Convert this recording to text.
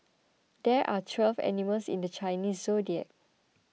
there are twelve animals in the Chinese zodiac